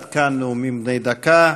עד כאן נאומים בני דקה.